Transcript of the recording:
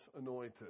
anointed